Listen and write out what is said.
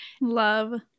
Love